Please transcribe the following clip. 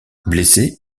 blessé